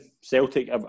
Celtic